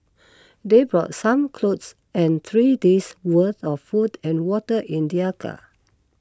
they brought some clothes and three days worth of food and water in their car